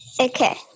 Okay